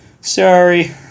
Sorry